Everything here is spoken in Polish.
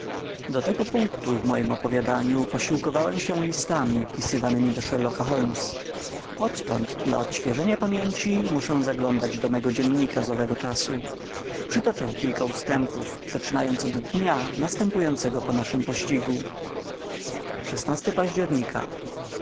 do tego punktu w mojem opowiadaniu posiłkowałem się listami pisywanymi do sherlocka holmes odtąd dla odświeżenia pamięci muszę zaglądać do mego dziennika z owego czasu przytoczę kilka ustępów zaczynając od dnia następującego po naszym pościgu października